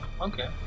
okay